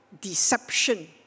deception